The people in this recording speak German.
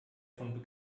von